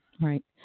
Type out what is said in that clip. Right